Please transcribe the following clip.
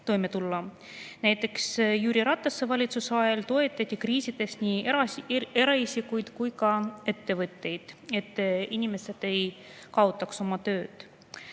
toime tulla. Näiteks Jüri Ratase valitsuse ajal toetati kriisides nii eraisikuid kui ka ettevõtteid, et inimesed ei kaotaks oma tööd.